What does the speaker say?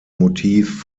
motiv